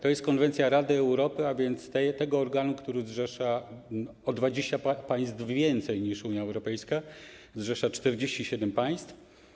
To jest konwencja Rady Europy, a więc tego organu, który zrzesza o 20 państw więcej niż Unia Europejska, zrzesza 47 państw.